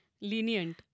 lenient